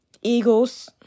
Eagles